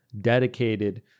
dedicated